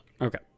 Okay